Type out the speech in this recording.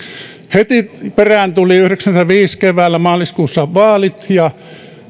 heti perään tulivat keväällä yhdeksänkymmentäviisi maaliskuussa vaalit ja